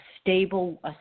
stable